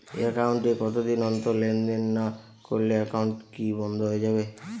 Account এ কতদিন অন্তর লেনদেন না করলে একাউন্টটি কি বন্ধ হয়ে যাবে?